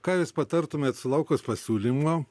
ką jūs patartumėt sulaukus pasiūlymo